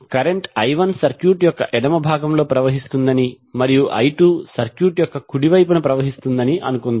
current I1 circuit యొక్క ఎడమ భాగంలో ప్రవహిస్తుందని మరియు I2 సర్క్యూట్ యొక్క కుడి వైపున ప్రవహిస్తుందని అనుకుందాం